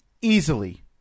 easily